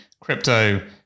crypto